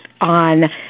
on